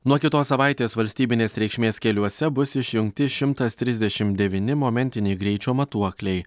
nuo kitos savaitės valstybinės reikšmės keliuose bus išjungti šimtas trisdešimt devyni momentiniai greičio matuokliai